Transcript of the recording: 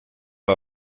der